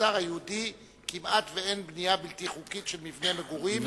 שבמגזר היהודי כמעט שאין בנייה בלתי חוקית של מבני מגורים.